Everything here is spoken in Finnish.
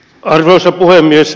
arvoisa puhemies